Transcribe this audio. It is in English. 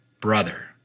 brother